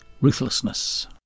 Ruthlessness